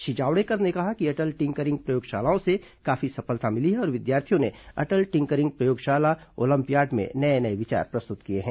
श्री जावड़ेकर ने कहा कि अटल टिंकरिंग प्रयोगशालाओं से काफी सफलता मिली है और विद्यार्थियों ने अटल टिंकरिंग प्रयोगशाला ओलंपियाड में नये नये विचार प्रस्तुत किए हैं